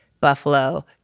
buffalo